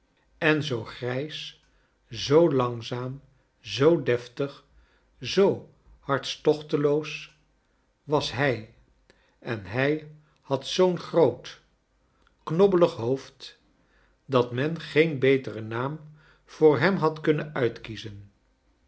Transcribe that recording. en zoo grijs zoo langzaam zoo deftig zoo hartstochteloos was hij en hij had zoo'n groot knobbelig hoofd dat men geen beteren naam voor hem had kunnen uitkiezen